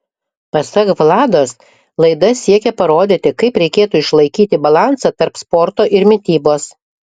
pasak vlados laida siekia parodyti kaip reikėtų išlaikyti balansą tarp sporto ir mitybos